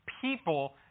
people